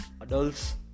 adults